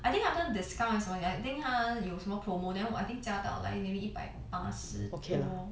I think after discount or something I think 他有什么 promo then I think 加到来 maybe 一百八十多